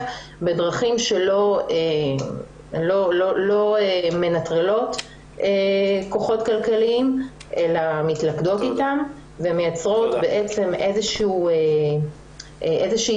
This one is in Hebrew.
בדרכים שלא מנטרלות כוחות כלכליים אלא מתלכדות אתם ומייצרות איזושהי